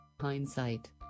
Hindsight